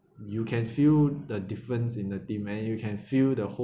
you can feel the difference in the teammate you can feel the whole